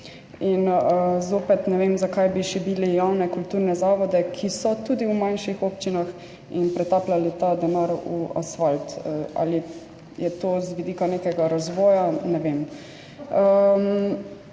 In zopet ne vem, zakaj bi šibili javne kulturne zavode, ki so tudi v manjših občinah, in pretapljali ta denar v asfalt. Ali je to z vidika nekega razvoja? Ne vem.